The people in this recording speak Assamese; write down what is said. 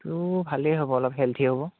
সেইটো ভালেই হ'ব অলপ হেল্ডি হ'ব